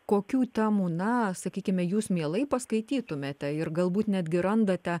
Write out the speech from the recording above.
kokių temų na sakykime jūs mielai paskaitytumėte ir galbūt netgi randate